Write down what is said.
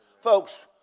Folks